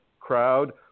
crowd